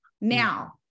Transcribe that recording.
Now